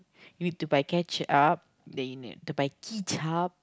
you need to buy ketchup then you need to buy kicap